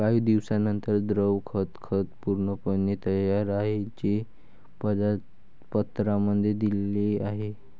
काही दिवसांनंतर, द्रव खत खत पूर्णपणे तयार आहे, जे पत्रांमध्ये दिले आहे